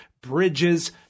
bridges